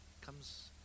Comes